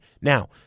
Now